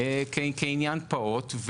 כעניין פעוט,